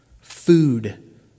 Food